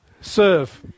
serve